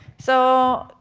so,